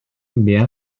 mehr